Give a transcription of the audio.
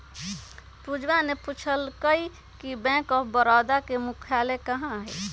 पूजवा ने पूछल कई कि बैंक ऑफ बड़ौदा के मुख्यालय कहाँ हई?